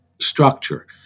structure